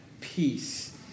peace